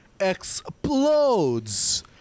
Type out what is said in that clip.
explodes